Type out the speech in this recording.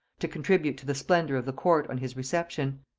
to contribute to the splendor of the court on his reception.